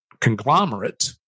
conglomerate